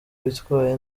witwaye